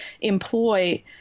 employ